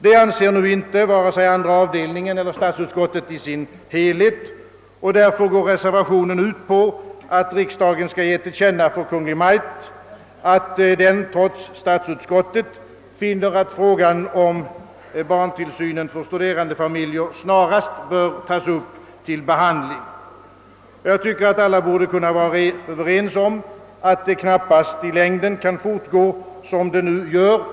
Det anser nu inte vare sig andra avdelningen eller statsutskottet i sin helhet, och därför går reservationen ut på att riksdagen skall ge till känna för Kungl. Maj:t, att den trots statsutskottet finner att frågan om barntillsynen för studerandefamiljer snarast bör tas upp till behandling. Alla borde kunna vara överens om att det knappast i längden kan fortgå som det nu gör.